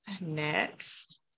Next